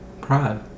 Pride